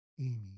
Amy